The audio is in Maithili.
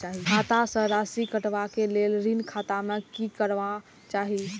खाता स राशि कटवा कै लेल ऋण खाता में की करवा चाही?